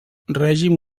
règim